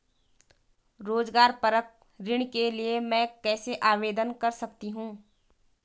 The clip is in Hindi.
रोज़गार परक ऋण के लिए मैं कैसे आवेदन कर सकतीं हूँ?